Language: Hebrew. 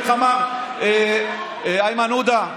איך אמר איימן עודה,